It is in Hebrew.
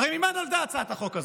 הרי ממה נולדה הצעה החוק הזאת?